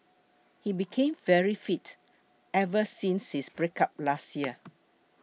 he became very fit ever since his breakup last year